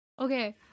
Okay